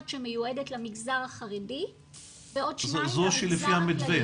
שמיועדת למגזר החרדי ועוד שניים למגזר הכללי.